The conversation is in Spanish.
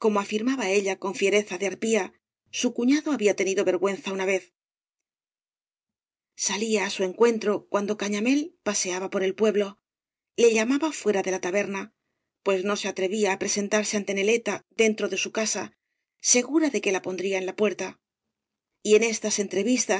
afirmaba ella con fiereza de arpía su cufiado había tenido vergüenza una vez salía á su encuentro cuando cañamél paseaba por el pueblo le llamaba fuera de la taberna pues no ge atrevía á presentarse ante neleta dentro de su casa segura de que la pondría en la puerta y en estas entrevistas